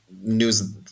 news